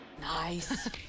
Nice